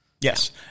Yes